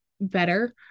better